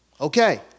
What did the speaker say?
Okay